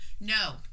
No